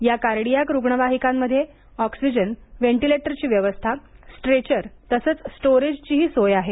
या कार्डीयाक रुग्णवाहीकांमध्ये ऑक्सिजन व्हेंटीलेटरची व्यवस्था स्ट्रेचर तसंच स्टोअरेजची सोय आहे